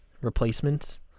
replacements